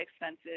expensive